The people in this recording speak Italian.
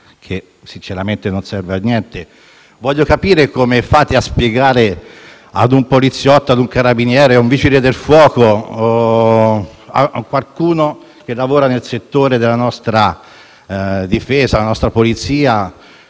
che sinceramente non serve a niente. Voglio capire come fate a spiegare a un poliziotto, a un carabiniere, a un vigile del fuoco o a qualcuno che lavora nel settore della difesa o della polizia